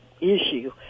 issue